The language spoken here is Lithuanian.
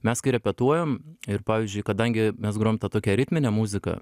mes kai repetuojam ir pavyzdžiui kadangi mes grojam tą tokią ritminę muziką